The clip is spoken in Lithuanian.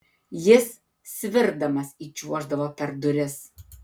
jis svirdamas įčiuoždavo per duris